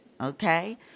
okay